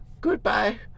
Goodbye